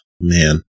man